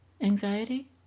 anxiety